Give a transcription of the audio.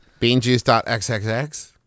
Beanjuice.xxx